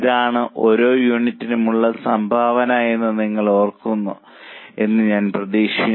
ഇതാണ് ഓരോ യൂണിറ്റിനും ഉള്ള സംഭാവന എന്ന് നിങ്ങൾ ഓർക്കുന്നു എന്ന് ഞാൻ പ്രതീക്ഷിക്കുന്നു